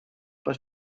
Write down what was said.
but